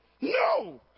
No